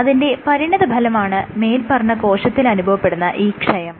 അതിന്റെ പരിണിത ഫലമാണ് മേല്പറഞ്ഞ കോശത്തിൽ അനുഭവപ്പെടുന്ന ഈ ക്ഷയം